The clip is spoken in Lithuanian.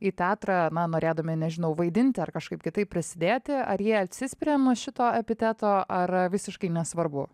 į teatrą na norėdami nežinau vaidinti ar kažkaip kitaip prisidėti ar jie atsispiria nuo šito epiteto ar visiškai nesvarbu